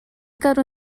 caro